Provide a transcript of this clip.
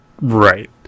right